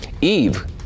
Eve